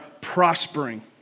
prospering